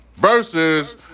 Versus